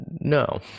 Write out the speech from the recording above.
no